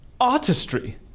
artistry